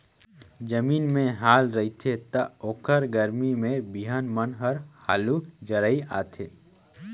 जमीन में हाल रहिथे त ओखर गरमी में बिहन मन हर हालू जरई आथे